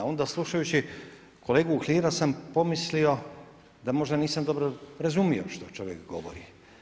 Onda slušajući kolegu Uhlira, sam pomislio da možda nisam dobro razumio što čovjek govori.